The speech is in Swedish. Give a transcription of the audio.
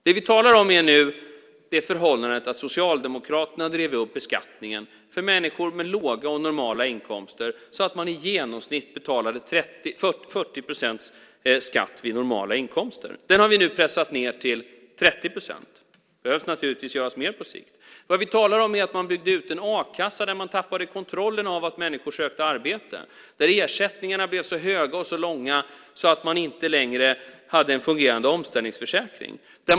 Det vi talar om nu är det förhållandet att Socialdemokraterna drev upp beskattningen för människor med låga och normala inkomster så att de i genomsnitt betalade 40 procents skatt vid normala inkomster. Den har vi nu pressat ned till 30 procent. Det behöver naturligtvis göras mer på sikt. Det vi talar om är att man byggde ut en a-kassa där man tappade kontrollen över att människor sökte arbete, där ersättningarna blev så höga och utbetalningarna så långvariga att vi inte längre hade en fungerande omställningsförsäkring.